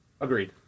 Agreed